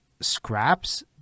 scraps